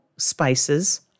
spices